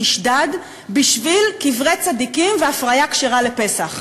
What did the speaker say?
נשדד בשביל קברי צדיקים והפריה כשרה לפסח.